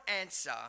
answer